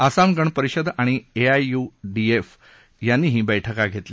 आसामगणपरिषद आणि एआययुडीएफ यांनीही बैठका घेतल्या